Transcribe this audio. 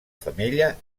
femella